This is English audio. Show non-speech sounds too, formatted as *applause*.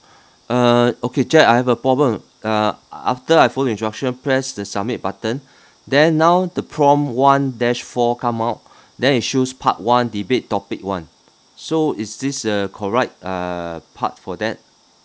*breath* uh okay jack I have a problem uh after I follow instruction press the submit button *breath* then now the prompt one dash four come out *breath* then it shows part one debate topic one so is this the correct uh part for that